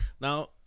now